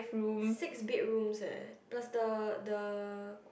six bedrooms eh plus the the